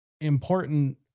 important